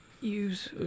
Use